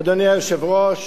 אדוני היושב-ראש,